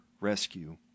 Rescue